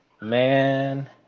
Man